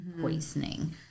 poisoning